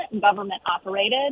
government-operated